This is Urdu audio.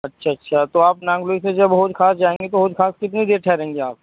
اچھا اچھا تو آپ ناگلوئی سے جب حوض خاص جائیں گے تو حوض خاص کتنی دیر ٹھہریں گے آپ